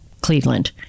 Cleveland